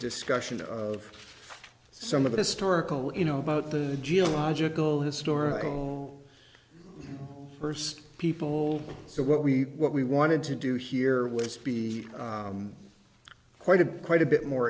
discussion of some of the historical in know about the geological historical first people so what we what we wanted to do here was be quite a quite a bit more